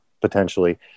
potentially